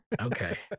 Okay